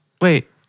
Wait